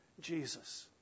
Jesus